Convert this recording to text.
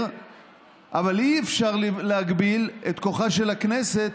אבל אי-אפשר להגביל את כוחה של הכנסת,